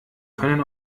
können